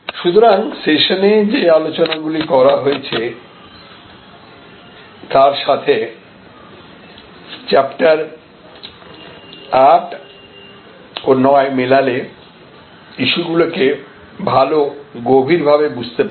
সুতরাং সেশনে যে আলোচনা গুলি করা হয়েছে তার সাথে চ্যাপ্টার 8 ও 9 মেলালে ইস্যুগুলোকে ভালো গভীরভাবে বুঝতে পারবেন